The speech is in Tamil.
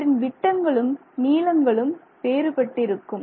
அவற்றின் விட்டங்களும் நீளங்களும் வேறுபட்டிருக்கும்